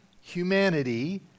humanity